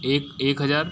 एक एक हज़ार